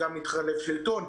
גם התחלף שלטון.